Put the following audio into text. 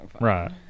right